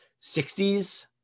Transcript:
60s